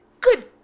good